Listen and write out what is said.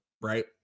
right